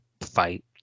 fight